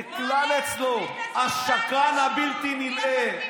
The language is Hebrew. זה כלל אצלו, השקרן הבלתי-נלאה,